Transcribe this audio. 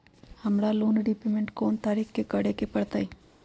हमरा loan repayment कोन तारीख के करे के परतई?